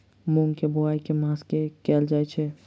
मूँग केँ बोवाई केँ मास मे कैल जाएँ छैय?